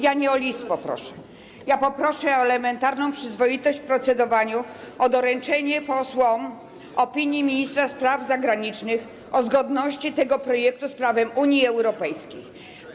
Ja nie o list poproszę, poproszę o elementarną przyzwoitość w procedowaniu, o doręczenie posłom opinii ministra spraw zagranicznych o zgodności tego projektu z prawem Unii Europejskiej.